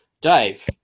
Dave